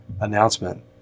announcement